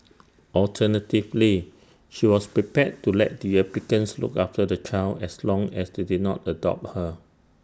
alternatively she was prepared to let the applicants look after the child as long as they did not adopt her